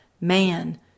man